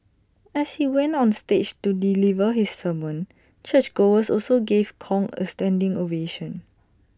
as he went on stage to deliver his sermon churchgoers also gave Kong A standing ovation